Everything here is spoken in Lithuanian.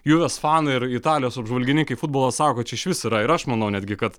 juves fanai ir italijos apžvalgininkai futbolo sako čia išvis yra ir aš manau netgi kad